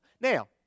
now